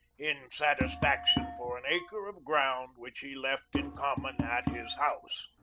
in satisfaction for an acre of ground, which he left in common at his house.